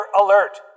alert